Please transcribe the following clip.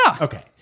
Okay